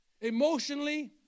Emotionally